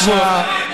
בבקשה,